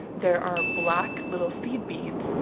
there are black little feed beads,